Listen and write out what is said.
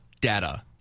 Data